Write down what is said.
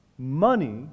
Money